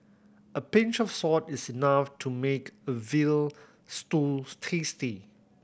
a pinch of salt is enough to make a veal stew tasty